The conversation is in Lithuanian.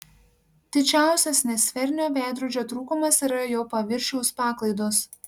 didžiausias nesferinio veidrodžio trūkumas yra jo paviršiaus paklaidos